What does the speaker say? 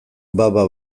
baba